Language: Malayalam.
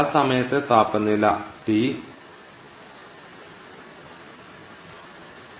ആ സമയത്തെ താപനില τ ഈ പദപ്രയോഗം ശരിയാണ്